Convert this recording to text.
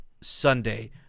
Sunday